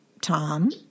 Tom